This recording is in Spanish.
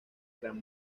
gran